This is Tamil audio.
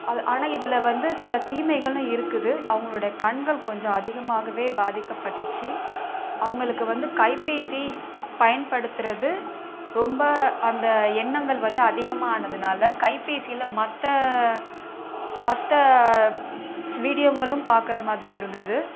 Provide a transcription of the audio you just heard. அது ஆனால் இதில் வந்து சில தீமைகளும் இருக்குது அவங்களோட கண்கள் கொஞ்சம் அதிகமாகவே பாதிக்கப்பட்டுச்சு அவங்களுக்கு வந்து கைபேசி பயன்படுத்துறது ரொம்ப அந்த எண்ணங்கள் வந்து அதிகமாக ஆனதுனால கைபேசியில் மற்ற மற்ற வீடியோங்களும் பார்க்குறமாரி இருந்தது